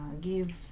give